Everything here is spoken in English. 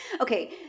okay